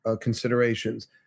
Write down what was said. considerations